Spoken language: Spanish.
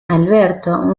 alberto